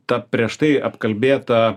ta prieš tai apkalbėta